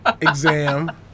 exam